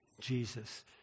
Jesus